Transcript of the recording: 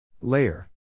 Layer